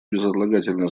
безотлагательно